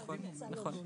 נכון.